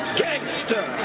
gangster